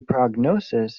prognosis